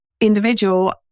individual